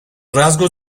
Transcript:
rasgos